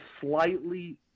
slightly